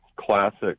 classic